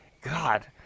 God